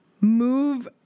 move